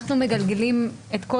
אנחנו מגלגלים את כל